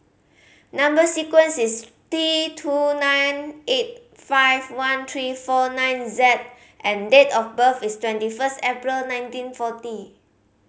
number sequence is T two nine eight five one three four nine Z and date of birth is twenty first April nineteen forty